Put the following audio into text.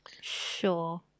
Sure